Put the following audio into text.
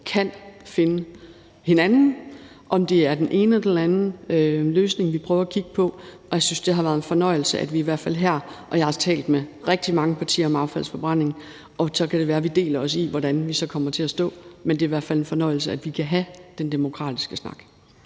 kan finde hinanden, om det er den ene eller den anden løsning, vi prøver at kigge på, og jeg synes, det i hvert fald her har været en fornøjelse, og jeg har talt med rigtig mange partier om affaldsforbrænding. Så kan det være, at vi deler os i, hvordan vi så kommer til at stå. Men det er i hvert fald en fornøjelse, at vi kan have den demokratiske snak.